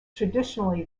traditionally